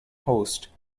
host